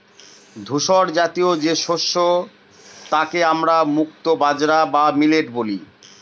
ধূসরজাতীয় যে শস্য তাকে আমরা মুক্তো বাজরা বা মিলেট বলি